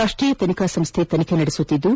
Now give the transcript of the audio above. ರಾಷ್ಟೀಯ ತನಿಖಾ ಸಂಸ್ಥೆ ತನಿಖೆ ನಡೆಸುತ್ತಿದ್ದು